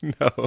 No